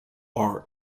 are